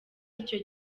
icyo